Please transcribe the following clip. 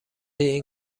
این